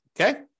Okay